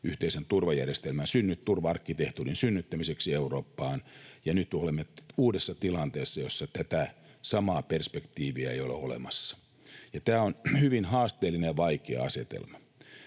yhteisen turvajärjestelmän ja turva-arkkitehtuurin synnyttämiseksi Eurooppaan. Nyt olemme uudessa tilanteessa, jossa tätä samaa perspektiiviä ei ole olemassa. Tämä on hyvin haasteellinen ja vaikea asetelma.